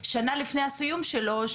שנה לפני הסיום שלו,